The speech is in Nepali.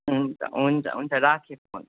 हुन्छ हुन्छ हुन्छ राखेँ फोन